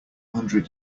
hundred